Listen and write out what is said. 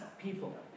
people